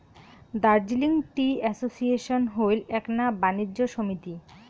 Darjeeling tea association হইল এ্যাকনা বাণিজ্য সমিতি